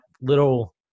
little